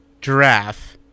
giraffe